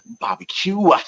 barbecue